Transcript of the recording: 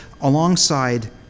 alongside